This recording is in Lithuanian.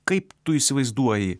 kaip tu įsivaizduoji